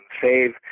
save